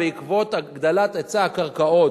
בעקבות הגדלת היצע הקרקעות,